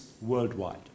worldwide